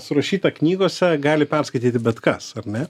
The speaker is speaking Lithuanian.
surašyta knygose gali perskaityti bet kas ar ne